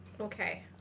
Okay